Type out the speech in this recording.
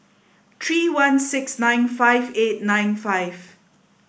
three one six nine five eight nine five